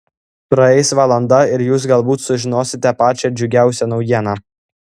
praeis valanda ir jūs galbūt sužinosite pačią džiugiausią naujieną